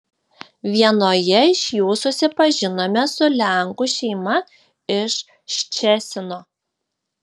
vienoje iš jų susipažinome su lenkų šeima iš ščecino